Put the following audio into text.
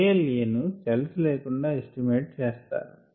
kLa ను cells లేకుండగా estimate చేస్తారు